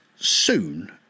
soon